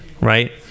right